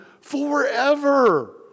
forever